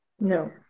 No